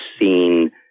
seen